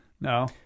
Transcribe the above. No